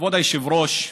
כבוד היושב-ראש,